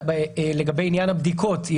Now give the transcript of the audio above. לגבי עניין הבדיקות.